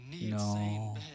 no